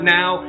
now